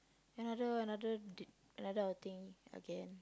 another another d~ another outing again